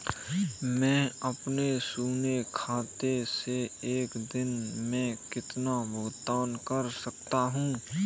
मैं अपने शून्य खाते से एक दिन में कितना भुगतान कर सकता हूँ?